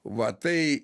va tai